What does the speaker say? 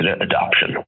adoption